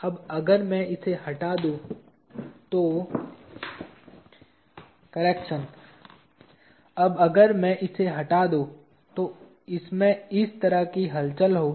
अब अगर मैं इसे हटा दूं तो इसमें इस तरह की हलचल होगी